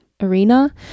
arena